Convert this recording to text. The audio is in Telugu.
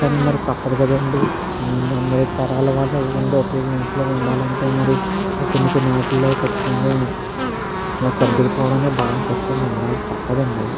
కానీ మరి తప్పదు కదండి అం అందరు తరాల వాళ్ళు ఉండే ఒకే ఇంట్లో ఉండాలంటే మరి కొన్ని కొన్ని వాటిలో ఖచ్చితంగా ఇలా సర్దుకుపోవడం అనే భావం ఖచ్చితంగా ఉండాలి తప్పదండి అది